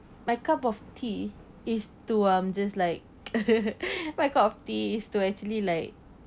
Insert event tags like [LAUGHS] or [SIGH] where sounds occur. my cup of tea is to um just like [LAUGHS] my cup of tea is to actually like